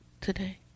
today